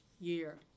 year